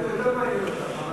דווקא זה יותר מעניין אותנו.